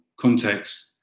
context